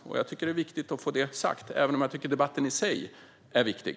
Jag tycker att det är viktigt att få det sagt - även om jag tycker att debatten i sig är viktig.